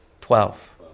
Twelve